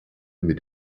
mit